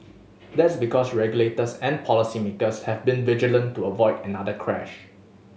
that's because regulators and policy makers have been vigilant to avoid another crash